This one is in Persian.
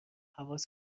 هواس